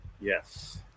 Yes